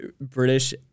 British